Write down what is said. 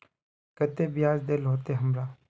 केते बियाज देल होते हमरा?